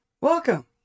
welcome